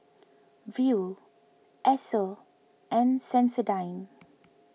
Viu Esso and Sensodyne